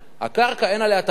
הקרקע, אין עליה תחרות.